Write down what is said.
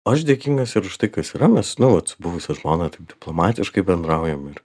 aš dėkingas ir už tai kas yra mes nu vat su buvusia žmona taip diplomatiškai bendraujam ir